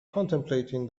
contemplating